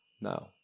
No